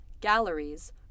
galleries